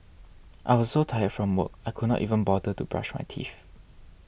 I was so tired from work I could not even bother to brush my teeth